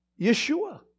Yeshua